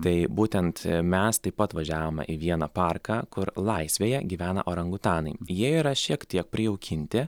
tai būtent mes taip pat važiavome į vieną parką kur laisvėje gyvena orangutanai jie yra šiek tiek prijaukinti